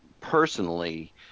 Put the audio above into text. personally